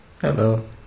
Hello